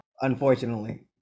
unfortunately